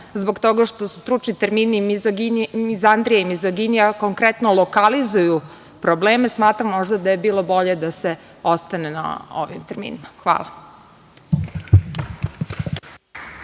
zbog toga što stručni termini mizandrija i mizoginija konkretno lokalizuju probleme, smatram možda da je bilo bolje da se ostane na ovim terminima. Hvala.